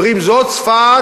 אומרים: זו צפת,